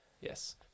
Yes